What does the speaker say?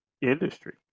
industry